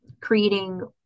creating